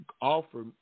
offer